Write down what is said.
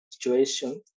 Situation